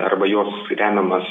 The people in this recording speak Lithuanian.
arba jos remiamas